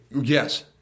Yes